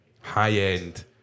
high-end